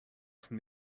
from